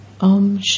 Om